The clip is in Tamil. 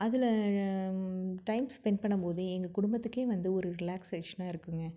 அதில் ழ டைம் ஸ்பெண்ட் பண்ணும் போது எங்கள் குடும்பத்துக்கே வந்து ஒரு ரிலாக்சேஷனாக இருக்குங்க